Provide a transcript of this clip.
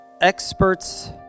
experts